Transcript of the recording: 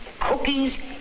cookies